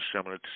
similar